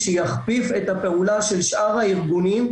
שיכפיף את הפעולה של שאר הארגונים,